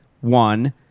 one